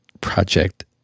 Project